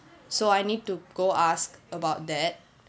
so I need to go ask about that